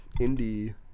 indie